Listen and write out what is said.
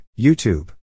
YouTube